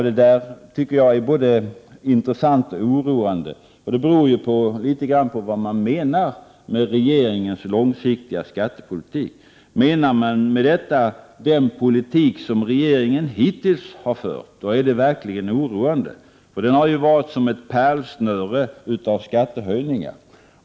Det där tycker jag är både intressant och oroande. Det beror litet grand på vad man menar med regeringens långsiktiga skattepolitik. Menar man den politik som regeringen hittills har fört? I så fall är det verkligen oroande. Den har varit som ett pärlsnöre av skattehöjningar.